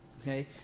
okay